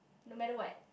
no matter what